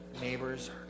neighbors